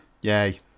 Yay